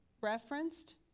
referenced